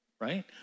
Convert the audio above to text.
right